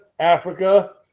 Africa